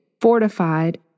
fortified